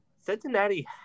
Cincinnati